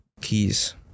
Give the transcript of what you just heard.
keys